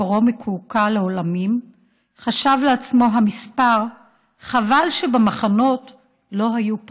מספרו מקועקע לעולמים / חשב לעצמו המספר / חבל שבמחנות לא היו פחים.